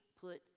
put